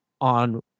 on